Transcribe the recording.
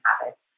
habits